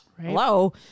Hello